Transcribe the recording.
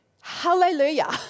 Hallelujah